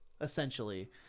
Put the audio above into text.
essentially